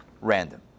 random